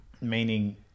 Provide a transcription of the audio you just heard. Meaning